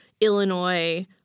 Illinois